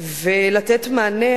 ולתת מענה.